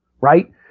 right